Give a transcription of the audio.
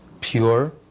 pure